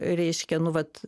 reiškia nu vat